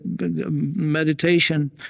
meditation